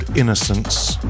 Innocence